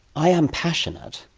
i am passionate,